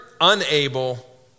unable